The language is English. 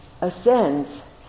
ascends